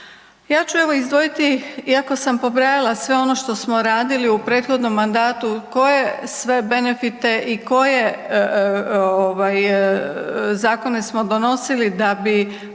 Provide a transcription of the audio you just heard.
Ja ću evo izdvojiti, iako sam pobrajala sve ono što smo radili u prethodnom mandatu, koje sve benefite i koje zakone smo donosili da bi